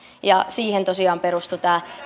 siihen tosiaan perustui